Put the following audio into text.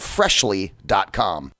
Freshly.com